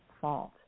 fault